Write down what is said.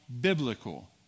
biblical